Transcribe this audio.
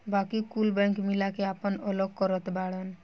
बाकी कुल बैंक मिला के आपन अलग करत बाड़न